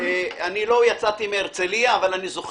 אתה אומר